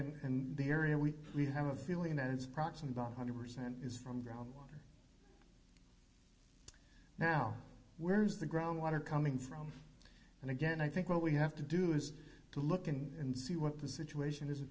at and they are and we have a feeling that it's approximately one hundred percent is from groundwater now where's the groundwater coming from and again i think what we have to do is to look and see what the situation is